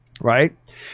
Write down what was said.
Right